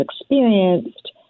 experienced